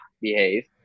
behave